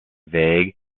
vague